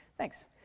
Thanks